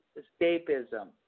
escapism